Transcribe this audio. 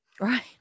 Right